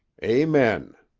amen!